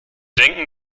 denken